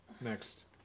next